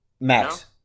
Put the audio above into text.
Max